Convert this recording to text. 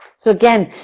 so again,